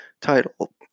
title